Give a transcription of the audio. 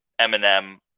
Eminem